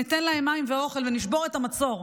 ניתן להם מים ואוכל ונשבור את המצור,